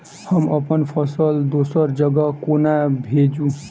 हम अप्पन फसल दोसर जगह कोना भेजू?